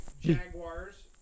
Jaguars